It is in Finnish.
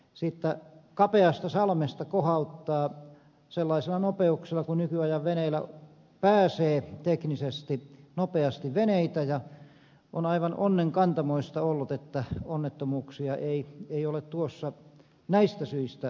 siitä kapeasta salmesta kohauttaa sellaisilla nopeuksilla veneitä kuin nykyajan veneillä pääsee teknisesti ja on aivan onnenkantamoista ollut että onnettomuuksia ei ole tuossa näistä syistä tapahtunut